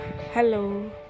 Hello